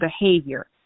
behavior